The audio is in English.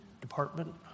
department